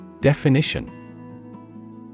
Definition